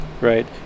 right